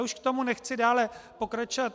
Už k tomu nechci dále pokračovat.